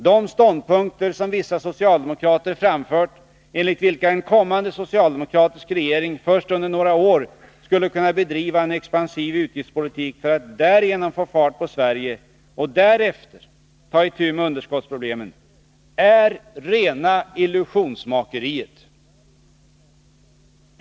De ståndpunkter som vissa socialdemokrater framfört, enligt vilka en kommande socialdemokratisk regering först under några år skulle kunna bedriva en expansiv utgiftspolitik för att därigenom ”få fart” på Sverige och därefter ta itu med underskottsproblemen, är rena illusionsmakeriet.